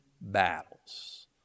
battles